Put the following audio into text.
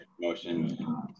motion